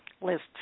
list